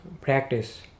practice